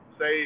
Say